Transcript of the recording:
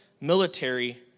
military